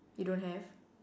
you don't have